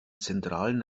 zentralen